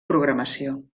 programació